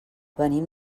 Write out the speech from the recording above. venim